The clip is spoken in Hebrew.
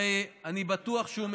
הרי אני בטוח שהוא מכיר,